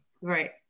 Right